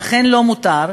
ולכן לו מותר.